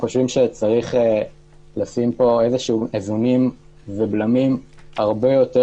צריך לשים איזונים ובלמים הרבה יותר